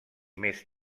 més